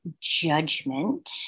judgment